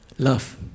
Love